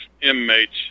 inmates